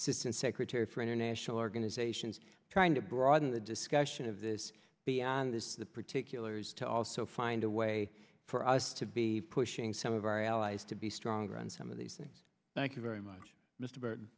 system secretary for international organizations trying to broaden the discussion of this beyond this the particulars to also find a way for us to be pushing some of our allies to be stronger on some of these things thank you very much mr byrd